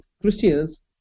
christians